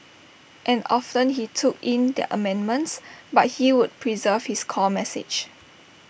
and often he took in their amendments but he would preserve his core message